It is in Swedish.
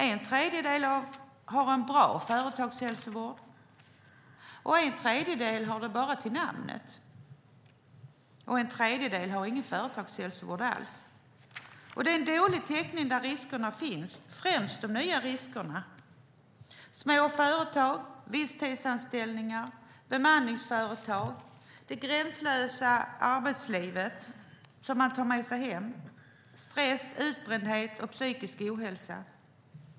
En tredjedel har en bra företagshälsovård, och en tredjedel har företagshälsovård bara till namnet. En tredjedel har ingen företagshälsovård alls. Det är dålig täckning där riskerna finns, främst de nya riskerna. Det handlar om småföretag, visstidsanställningar, bemanningsföretag och om det gränslösa arbetslivet, som man tar med sig hem. Det är stress, utbrändhet och psykisk ohälsa.